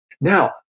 Now